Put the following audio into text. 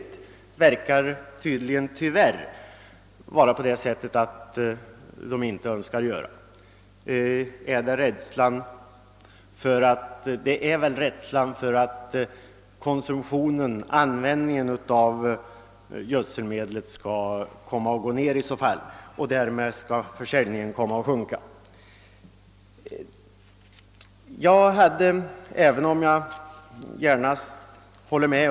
Tyvärr tycks de inte vilja göra detta frivilligt, förmodligen beroende på rädsla för att försäljningen i så fall skulle gå ned.